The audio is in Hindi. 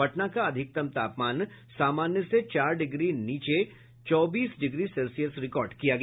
पटना का अधिकतम तापमान सामान्य से चार डिग्री नीचे चौबीस डिग्री सेल्सियस रिकॉर्ड किया गया